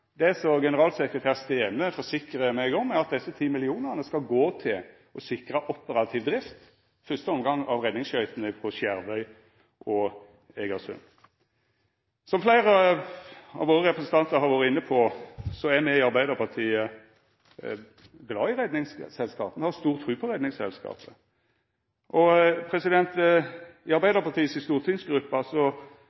Det som generalsekretær Stene forsikra meg om, er at desse ti millionane skal gå til å sikra operativ drift, i fyrste omgang av redningsskøytene på Skjervøy og i Egersund. Som fleire av våre representantar har vore inne på, er me i Arbeidarpartiet glade i Redningsselskapet. Me har stor tru på